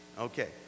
okay